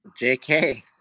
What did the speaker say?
JK